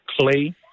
Clay